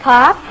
Pop